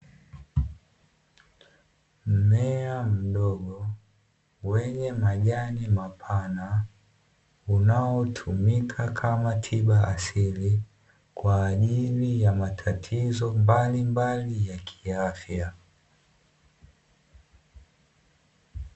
Mmea mdogo wenye majani mapana, unaotumika kama tiba asili. Kwa ajili ya matatizo mbalimbali ya kiafya.